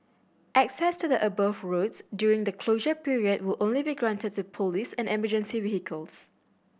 access to the above roads during the closure period will only be granted to police and emergency vehicles